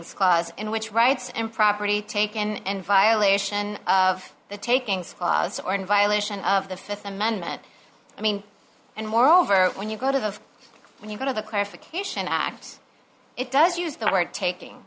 squads in which rights and property taken and violation of the takings clause or in violation of the th amendment i mean and moreover when you go to the when you go to the clarification acts it does use the word taking